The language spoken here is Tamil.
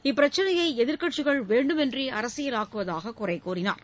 இப்பிரச்சினையை எதிர்க்கட்சிகள் வேண்டுமென்றே அரசியலாக்குவதாக குறைகூறினார்